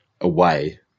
away